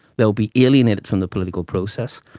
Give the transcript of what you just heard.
they will be alienated from the political process.